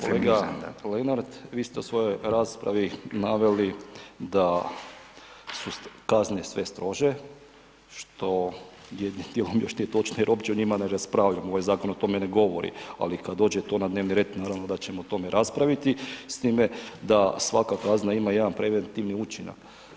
Kolega Lenart, vi ste u svojoj raspravi naveli da su kazne sve strože, što jednim dijelom još nije točno jer uopće o njima ne raspravljamo, ovaj zakon o tome ne govori, ali kad dođe to na dnevni red naravno da ćemo o tome raspraviti s time da svaka kazna ima jedan preventivni učinak.